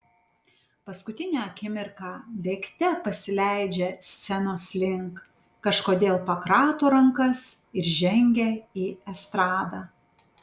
paskutinę akimirką bėgte pasileidžia scenos link kažkodėl pakrato rankas ir žengia į estradą